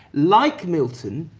like milton,